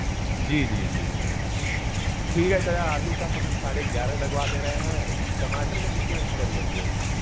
जी जी जी ठीक है चाचा आलू का हम साढ़े ग्यारह लगवा दे रहे हैं टमाटर का कितना कर लेंगे